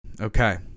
Okay